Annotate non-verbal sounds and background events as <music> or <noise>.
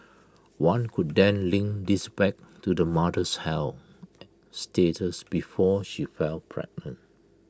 one could then link this back to the mother's health <noise> status before she fell pregnant